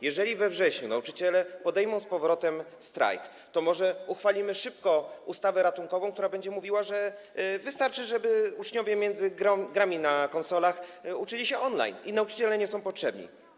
Jeżeli we wrześniu nauczyciele podejmą z powrotem strajk, to może uchwalimy szybko ustawę ratunkową, która będzie mówiła, że wystarczy, żeby uczniowie między grami na konsolach uczyli się on-line i nauczyciele nie są potrzebni.